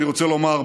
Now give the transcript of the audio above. אני רוצה לומר,